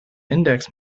index